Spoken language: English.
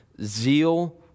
zeal